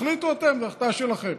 תחליטו אתם, זאת החלטה שלכם.